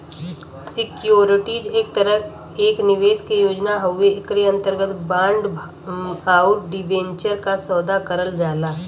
securities एक तरह एक निवेश के योजना हउवे एकरे अंतर्गत बांड आउर डिबेंचर क सौदा करल जाला